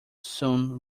soon